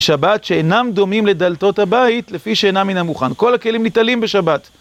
שבת שאינם דומים לדלתות הבית לפי שאינה מן המוכן כל הכלים ניטלים בשבת